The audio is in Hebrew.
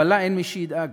אבל לה אין מי שידאג